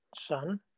son